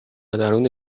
درون